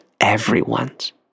everyone's